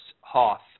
hoth